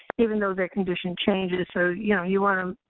even though their condition changes. so, you know, you want um